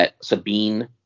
Sabine